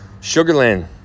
Sugarland